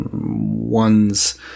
one's